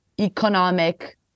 economic